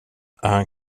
han